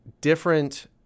different